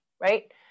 right